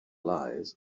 lies